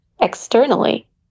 externally